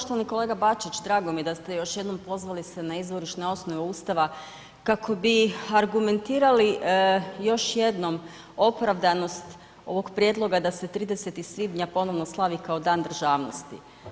Poštovani kolega Bačić, drago mi je da ste još jednom pozvali se na izvorišne osnove Ustava kako bi argumentirali još jednom opravdanost ovog prijedloga da se 30. svibnja ponovno slavi kao Dan državnosti.